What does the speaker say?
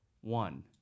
one